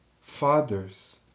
fathers